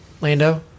Lando